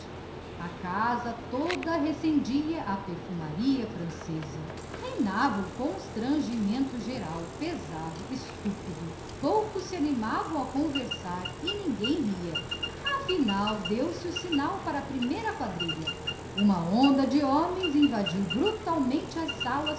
a casa toda recendia a perfumaria francesa reinava um constrangimento pesado e estúpido poucos se animavam a conversar e ninguém ria mas de improviso a orquestra deu o sinal da primeira quadrilha e uma onda de homens invadiu brutalmente as salas